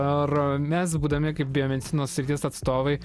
ar mes būdami kaip biomedicinos srities atstovai